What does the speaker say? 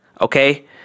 okay